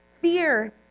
fear